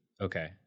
Okay